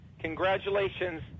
Congratulations